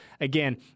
again